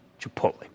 Chipotle